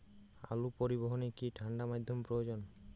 আলু পরিবহনে কি ঠাণ্ডা মাধ্যম প্রয়োজন?